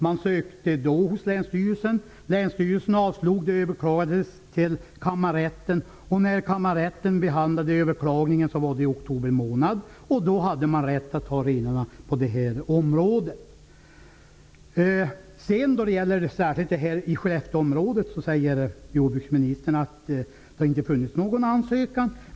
Man gjorde då en ansökan hos länsstyrelsen, länsstyrelsen avslog, och ärendet överklagades till kammarrätten. När sedan kammarrätten behandlade överklagandet var det oktober månad, och då hade renägarna rätt att hålla renarna på området. När det gäller renförekomsten i Skellefteområdet säger jordbruksministern att det inte har funnits någon ansökan.